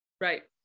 Right